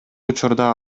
учурда